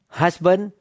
husband